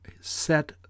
set